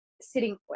sitting